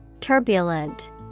Turbulent